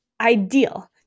ideal